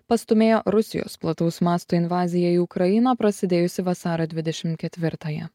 pastūmėjo rusijos plataus masto invazija į ukrainą prasidėjusi vasario dvidešim ketvirtąją